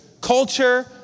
Culture